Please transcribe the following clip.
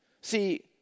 See